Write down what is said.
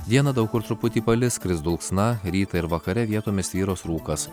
dieną daug kur truputį palis kris dulksna rytą ir vakare vietomis tvyros rūkas